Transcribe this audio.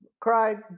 cried